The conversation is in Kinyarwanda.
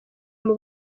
muri